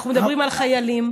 אנחנו מדברים על חיילים.